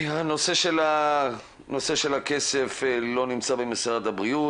נושא הכסף לא נמצא במשרד הבריאות.